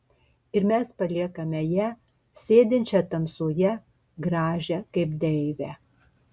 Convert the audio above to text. ir mes paliekame ją sėdinčią tamsoje gražią kaip deivę